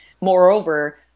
Moreover